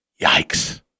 Yikes